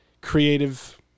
creative